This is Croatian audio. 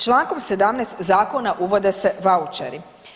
Člankom 17. zakona uvode se vaučeri.